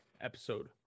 episode